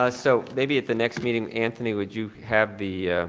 ah so maybe at the next meeting, anthony would you have the